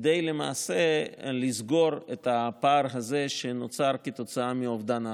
כדי לסגור למעשה את הפער שנוצר כתוצאה מאובדן ההכנסות.